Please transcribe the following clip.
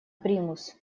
примус